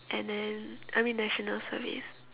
and then I mean National Service